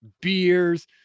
beers